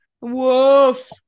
Woof